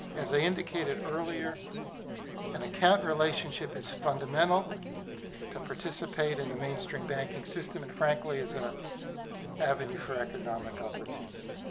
as i indicated earlier an account relationship is fundamental to participate in the mainstream banking system, and frankly is an ah avenue for economic opportunity.